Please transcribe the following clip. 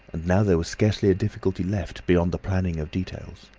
and now there was scarcely a difficulty left, beyond the planning of details.